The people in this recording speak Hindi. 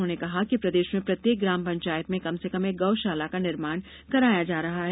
उन्होंने कहा कि प्रदेश में प्रत्येक ग्राम पंचायत में कम से कम एक गौशाला का निर्माण कराया जा रहा है